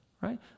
right